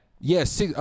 Yes